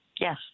Yes